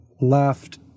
left